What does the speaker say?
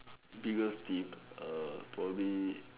biggest team err probably